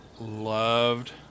loved